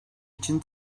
için